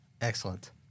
Excellent